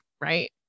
Right